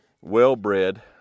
well-bred